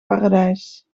paradijs